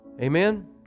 Amen